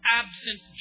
absent